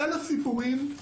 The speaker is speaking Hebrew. אלף סיפורים,